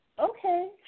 Okay